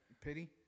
Pity